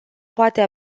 poate